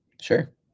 Sure